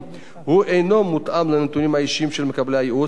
הוא אינו מותאם לנתונים האישיים של מקבלי הייעוץ והוא